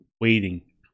waiting